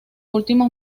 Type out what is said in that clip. últimos